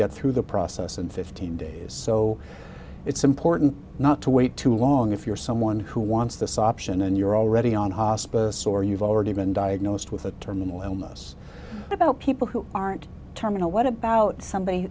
get through the process in fifteen days so it's important not to wait too long if you're someone who wants this option and you're already on hospice or you've already been diagnosed with a terminal illness about people who aren't terminal what about somebody